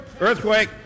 Earthquake